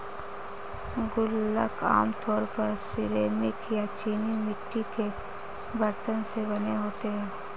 गुल्लक आमतौर पर सिरेमिक या चीनी मिट्टी के बरतन से बने होते हैं